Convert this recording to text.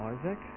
Isaac